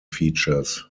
features